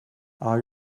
are